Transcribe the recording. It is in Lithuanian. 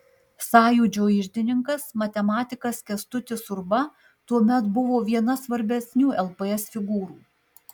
sąjūdžio iždininkas matematikas kęstutis urba tuomet buvo viena svarbesnių lps figūrų